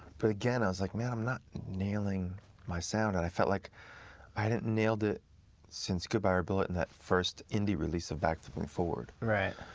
but again, i was like, man, i'm not nailing my sound. and i felt like i hadn't nailed it since goodbye red ah bullet in that first indie release of back flipping forward. right.